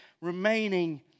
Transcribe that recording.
remaining